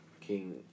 King